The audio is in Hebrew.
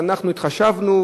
וכן: אנחנו התחשבנו,